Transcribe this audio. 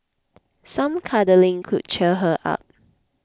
some cuddling could cheer her up